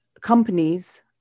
companies